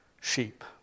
sheep